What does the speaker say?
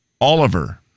Oliver